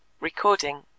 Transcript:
recording